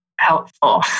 helpful